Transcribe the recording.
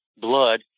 blood